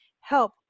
help